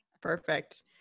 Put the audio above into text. Perfect